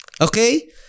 okay